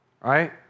right